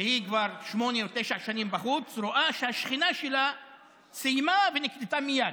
והיא כבר שמונה או תשע שנים בחוץ רואה שהשכנה שלה סיימה ונקלטה מייד.